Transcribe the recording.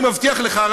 אני מבטיח לך,